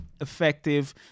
effective